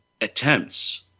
attempts